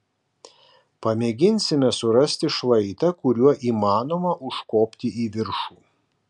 pamėginsime surasti šlaitą kuriuo įmanoma užkopti į viršų